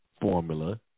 formula